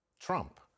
Trump